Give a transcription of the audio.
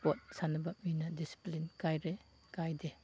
sport ꯁꯥꯟꯅꯕ ꯃꯤꯅ discipline ꯀꯥꯏꯗꯦ